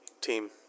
team